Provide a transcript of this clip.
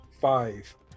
five